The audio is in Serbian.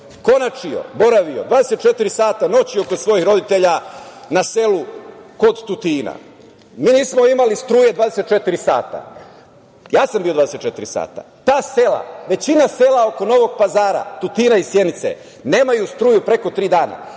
konačio, boravio 24 sata kod svojih roditelja na selu kod Tutina. Mi nismo imali struje 24 sata. Ja sam bio 24 sata. Ta sela, većina sela oko Novog Pazara, Tutina i Sjenice nemaju struju preko tri dana,